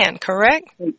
correct